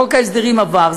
חוק ההסדרים עבר,